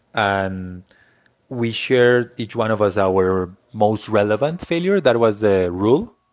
and we shared, each one of us, our most relevant failure. that was the rule.